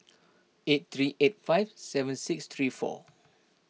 eight three eight five seven six three four